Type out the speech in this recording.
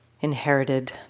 inherited